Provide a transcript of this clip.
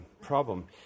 problem